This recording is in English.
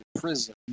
prison